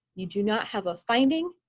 you do not have a finding,